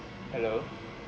hello